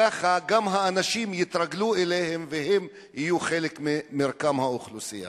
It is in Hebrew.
כך האנשים יתרגלו אליהם והם יהיו חלק ממרקם האוכלוסייה.